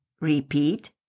Repeat